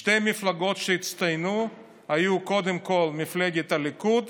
שתי המפלגות שהצטיינו היו קודם כול מפלגת הליכוד